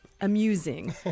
amusing